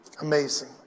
Amazing